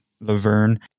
Laverne